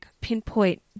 pinpoint